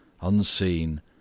unseen